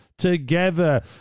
together